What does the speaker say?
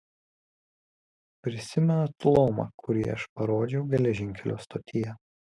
prisimenat lomą kurį aš parodžiau geležinkelio stotyje